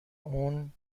اون